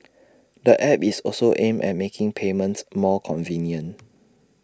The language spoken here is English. the app is also aimed at making payments more convenient